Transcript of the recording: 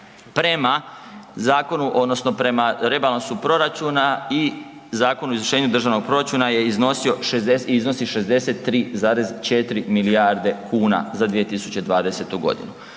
prema rebalansu proračuna i Zakonu o izvršenju državnog proračuna je iznosio, iznosi 63,4 milijarde kuna za 2020. g.